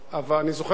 לא באירוע הזה,